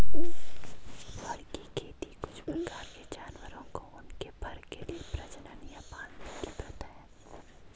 फर की खेती कुछ प्रकार के जानवरों को उनके फर के लिए प्रजनन या पालने की प्रथा है